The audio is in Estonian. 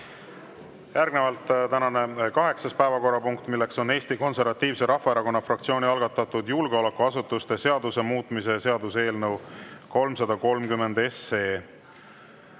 Järgnevalt tänane kaheksas päevakorrapunkt, Eesti Konservatiivse Rahvaerakonna fraktsiooni algatatud julgeolekuasutuste seaduse muutmise seaduse eelnõu 330.